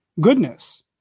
goodness